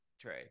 Tray